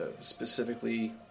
specifically